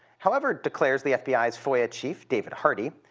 however, declares the fbi's foia chief, david hardy,